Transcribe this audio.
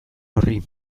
horri